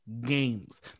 games